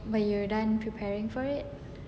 but you are done preparing for it